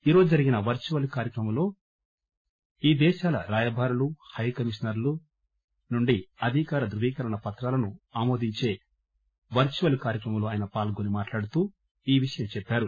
ఈరోజు జరిగిన వర్చువల్ కార్చక్రమంలో ఈ దేశాల రాయబారులు హైకమిషనర్ల అధికార ధృవీకరణ పత్రాలను ఆమోదించే వర్చువల్ కార్యక్రమంలో ఆయన పాల్గొని మాట్లాడుతూ ఈ విషయం చెప్పారు